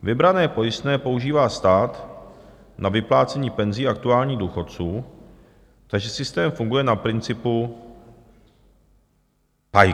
Vybrané pojistné používá stát na vyplácení penzí aktuálních důchodců, takže systém funguje na principu PAYG.